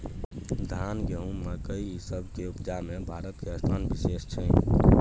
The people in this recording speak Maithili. धान, गहूम, मकइ, ई सब के उपजा में भारत के स्थान विशेष छै